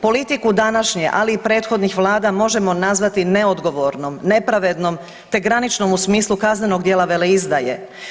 Politiku današnje, ali i prethodnih Vlada možemo nazvati neodgovornom, nepravednom te graničnom u smislu kaznenog dijela veleizdaje.